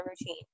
routine